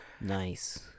Nice